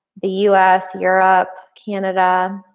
the us, europe, canada,